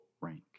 rank